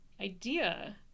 idea